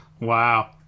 Wow